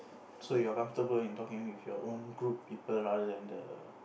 so you're comfortable in talking with your own group people rather than the